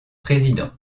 président